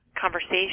conversation